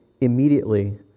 immediately